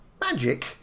magic